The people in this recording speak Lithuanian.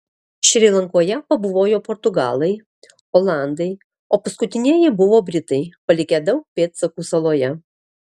šri lankoje pabuvojo portugalai olandai o paskutinieji buvo britai palikę daug pėdsakų saloje